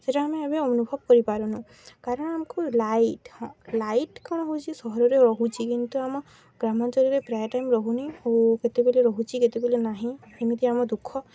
ସେଟା ଆମେ ଏବେ ଅନୁଭବ କରିପାରୁନୁ କାରଣ ଆମକୁ ଲାଇଟ୍ ହଁ ଲାଇଟ୍ କ'ଣ ହେଉଛି ସହରରେ ରହୁଛି କିନ୍ତୁ ଆମ ଗ୍ରାମାଞ୍ଚଳରେ ପ୍ରାୟ ଟାଇମ୍ ରହୁନି ଓ କେତେବେଲେ ରହୁଛି କେତେବେଲେ ନାହିଁ ଏମିତି ଆମ ଦୁଃଖ